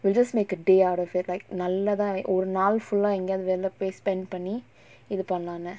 we'll just make a day out of it like நல்லதா ஒரு நாள்:nallathaa oru naal full ah எங்கயாவது வெளிய போய்:engayaavathu veliya poyi spend பண்ணி இது பண்லானு:panni ithu pannalaanu